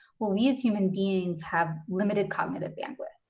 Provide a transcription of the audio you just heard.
we as human beings have limited cognitive bandwidth.